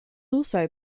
also